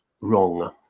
wrong